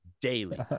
daily